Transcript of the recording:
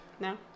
No